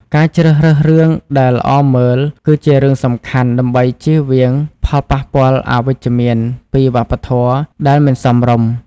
ការជ្រើសរើសរឿងដែលល្អមើលគឺជារឿងសំខាន់ដើម្បីជៀសវាងផលប៉ះពាល់អវិជ្ជមានពីវប្បធម៌ដែលមិនសមរម្យ។